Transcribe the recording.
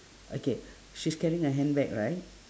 okay she's carrying a handbag right